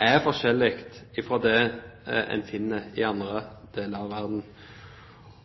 er forskjellig fra det man har i andre deler av verden.